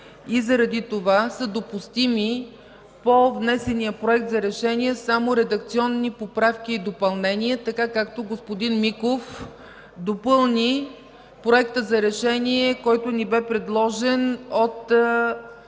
заради това са допустими по внесения Проект за решение само редакционни поправки и допълнения, така както господин Миков допълни Проекта за решение, който ни бе предложен от